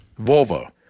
Volvo